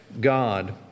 God